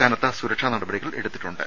കനത്ത സുരക്ഷാ നടപടികൾ എടുത്തിട്ടുണ്ട്